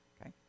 okay